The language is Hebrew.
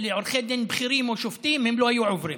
לעורכי דין בכירים או שופטים הם לא היו עוברים.